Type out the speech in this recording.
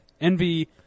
Envy